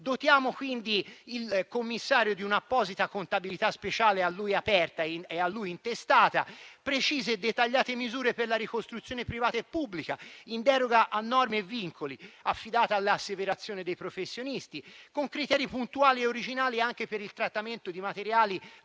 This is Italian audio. Dotiamo quindi il commissario di un'apposita contabilità speciale a lui aperta e a lui intestata, precise e dettagliate misure per la ricostruzione privata e pubblica in deroga a norme e vincoli, affidata all'asseverazione dei professionisti, con criteri puntuali e originali anche per il trattamento di materiali